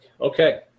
Okay